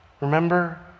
Remember